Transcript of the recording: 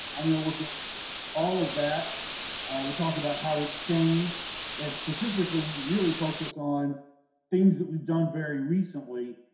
i'm going to look at all of that to talk about how it's changed and, specifically, really focus on things that we've done very recently,